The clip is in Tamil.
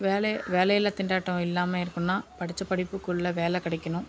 வேலையில்லா திண்டாட்டம் இல்லாமல் இருக்கணுன்னா படித்த படிப்புக்குள்ள வேலை கிடைக்கணும்